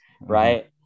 right